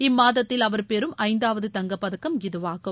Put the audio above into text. இம்மாதத்தில் அவர் பெறும் ஐந்தாவது தங்கப்பதக்கம் இதுவாகும்